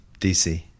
DC